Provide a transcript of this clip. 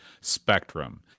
spectrum